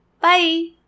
Bye